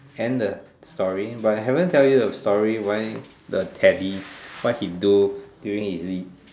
end the story but I haven't tell you the story why the Teddy what he do during his lead